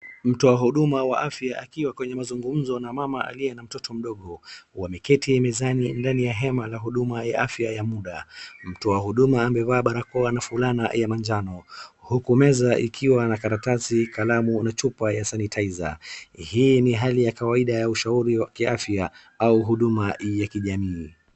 Mtu wa huduma wa afya akiwa kwenye mazungumzo na mama aliye na mtoto mdogo. Wameketi mezani ndani ya hema la huduma ya afya ya muda. Mtu wa huduma amevaa barakoa na fulana ya manjano, huku meza ikiwa na karatasi, kalamu, na chupa ya sanitizer . Hii ni hali ya kawaida ya ushauri wa kiafya au huduma ya kijamii.